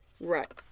Right